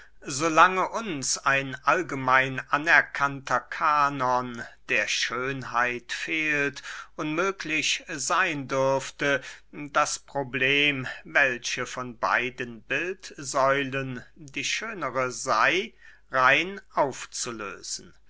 lange uns ein allgemein anerkannter kanon der schönheit fehlt unmöglich seyn dürfte das problem welche von beiden bildsäulen die schönere sey rein aufzulösen